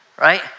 Right